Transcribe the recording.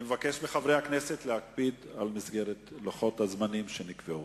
אני מבקש מחברי הכנסת להקפיד על מסגרת הזמנים שנקבעו.